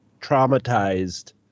traumatized